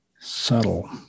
subtle